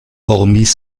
hormis